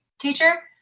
teacher